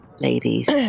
ladies